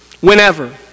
Whenever